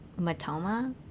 Matoma—